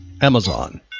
Amazon